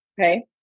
Okay